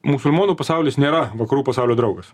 musulmonų pasaulis nėra vakarų pasaulio draugas